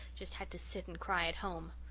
just had to sit and cry at home.